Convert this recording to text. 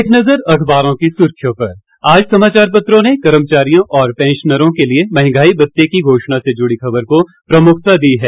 एक नज़र अखबारों की सुर्खियों पर आज समाचार पत्रों ने कर्मचारियों और पेंशनरों के लिए मंहगाई भत्ते की घोषणा से जुड़ी खबर को प्रमुखता दी है